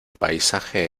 paisaje